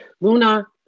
Luna